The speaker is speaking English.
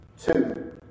Two